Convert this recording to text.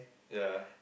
ya